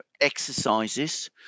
exercises